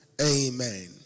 amen